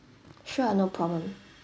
sure no problem